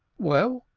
well,